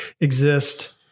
exist